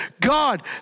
God